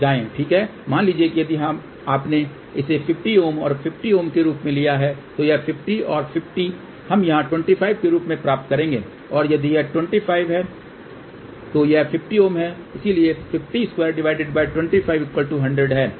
मान लीजिए यदि आपने इसे 50 और 50 के रूप में लिया है तो यह 50 और 50 हम यहां 25 Ω के रूप में प्राप्त करेंगे और यदि यह 25 Ω है तो यह 50 है इसलिए 50225 100 है